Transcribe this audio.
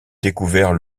découvert